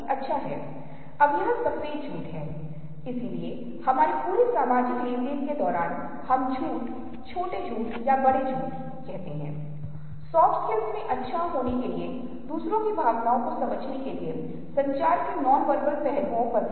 इसलिए अब जब मैंने अनुभूति की मूल बातों के बारे में बात की है तो आइए हम टूल किट का उपयोग करने के व्यवसाय में उतरते हैं जिसमें रूप अनुभूति रंग धारणा और गहराई की धारणा शामिल है क्योंकि ये चीजें हमें समझने में मदद करने जा रही हैं उन्हें कैसे संचार के लिए अधिक प्रभावी ढंग से उपयोग किया जा सकता है जब आप दृश्य माध्यम का उपयोग कर रहे हैं